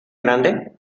grande